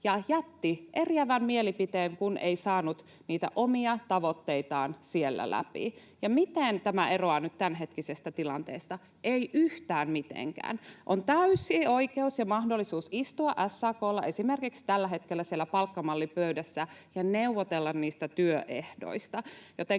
ja jätti eriävän mielipiteen, kun ei saanut niitä omia tavoitteitaan siellä läpi. Ja miten tämä eroaa nyt tämänhetkisestä tilanteesta? Ei yhtään mitenkään. SAK:lla on täysi oikeus ja mahdollisuus esimerkiksi istua tällä hetkellä siellä palkkamallipöydässä ja neuvotella niistä työehdoista.